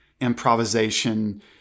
improvisation